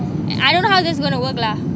and I don't know how that's going to work lah